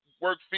work